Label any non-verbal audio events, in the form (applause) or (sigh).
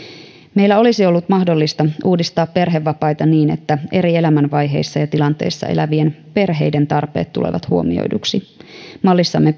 meillä olisi ollut mahdollisuus uudistaa perhevapaita niin että eri elämänvaiheissa ja tilanteissa elävien perheiden tarpeet tulevat huomioiduksi mallissamme (unintelligible)